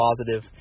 positive